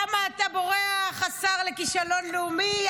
למה אתה בורח, השר לכישלון לאומי?